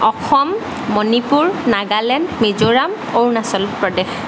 Assam Manipur Nagaland Mizoram Arunachal Pradesh